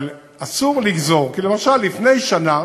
אבל אסור לגזור, כי, למשל לפני שנה,